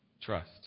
Trust